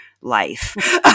life